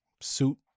suit